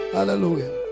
Hallelujah